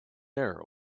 air